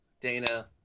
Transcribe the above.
Dana